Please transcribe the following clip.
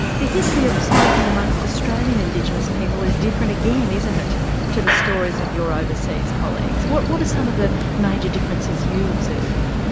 the history of smoking amongst australian indigenous people is different again isn't it to the stories of your overseas colleagues? what what are some of the major differences you observe?